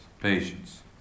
patience